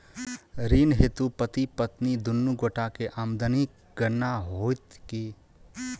ऋण हेतु पति पत्नी दुनू गोटा केँ आमदनीक गणना होइत की?